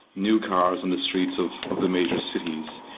new cars on the streets of of the major cities.